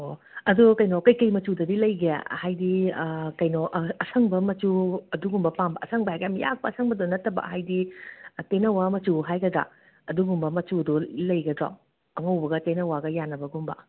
ꯑꯣ ꯑꯗꯣ ꯀꯩꯅꯣ ꯀꯩ ꯀꯩ ꯃꯆꯨꯗꯗꯤ ꯂꯩꯒꯦ ꯍꯥꯏꯗꯤ ꯀꯩꯅꯣ ꯑꯁꯪꯕ ꯃꯆꯨ ꯑꯗꯨꯒꯨꯝꯕ ꯄꯥꯝꯕ ꯑꯁꯪꯕ ꯍꯥꯏꯔꯒ ꯌꯥꯝ ꯌꯥꯛꯄ ꯑꯁꯪꯕ ꯅꯠꯇꯕ ꯍꯥꯏꯗꯤ ꯇꯦꯟꯅꯋꯥ ꯃꯆꯨ ꯍꯥꯏꯒꯗ꯭ꯔꯥ ꯑꯗꯨꯒꯨꯝꯕ ꯃꯆꯨꯗꯣ ꯂꯩꯒꯗ꯭ꯔꯣ ꯑꯉꯧꯕꯒ ꯇꯦꯟꯅꯋꯥꯒ ꯌꯥꯟꯅꯕꯒꯨꯝꯕ